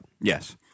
Yes